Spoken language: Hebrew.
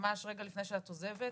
ממש רגע לפני שאת עוזבת,